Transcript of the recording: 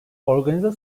organize